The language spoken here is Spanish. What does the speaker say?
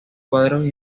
cuadros